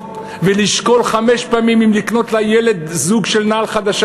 ולשקול חמש פעמים אם לקנות לילד זוג נעליים חדשות